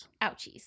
ouchies